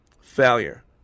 failure